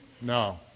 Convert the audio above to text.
No